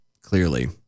Clearly